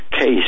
case